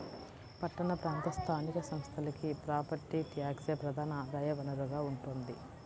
పట్టణ ప్రాంత స్థానిక సంస్థలకి ప్రాపర్టీ ట్యాక్సే ప్రధాన ఆదాయ వనరుగా ఉంటోంది